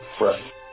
Right